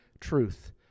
truth